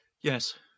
Yes